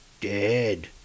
Dead